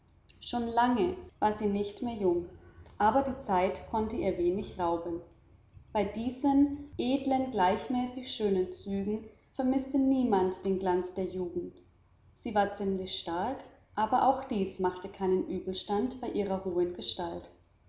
schon lange war sie nicht mehr jung aber die zeit konnte ihr wenig rauben bei diesen edlen regelmäßig schönen zügen vermißte niemand den glanz der jugend sie war ziemlich stark aber auch dies machte keinen übelstand bei ihrer hohen gestalt